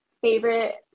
favorite